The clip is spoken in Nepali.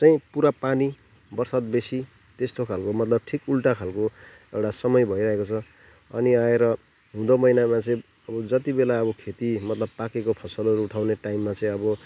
चाहिँ पुरा पानी बर्षात बेसी त्यस्तो खालको मतलब ठिक उल्टा खालको एउटा समय भइरहेको छ अनि आएर हिउँदो महिनामा चाहिँ अब जति बेला अब खेती मतलब पाकेको फसलहरू उठाउने टाइममा चाहिँ अब